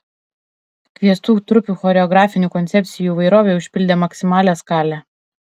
kviestų trupių choreografinių koncepcijų įvairovė užpildė maksimalią skalę